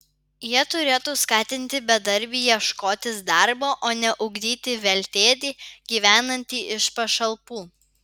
jie turėtų skatinti bedarbį ieškotis darbo o ne ugdyti veltėdį gyvenantį iš pašalpų